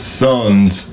sons